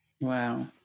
Wow